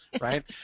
right